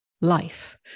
life